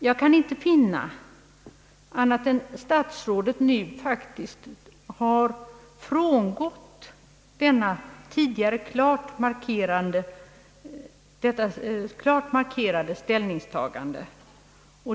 Jag kan inte finna annat än att statsrådet nu faktiskt har frångått detta tidigare klart markerade = ställningstagande.